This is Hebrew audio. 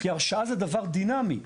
כי הרשאה זה דבר דינמי.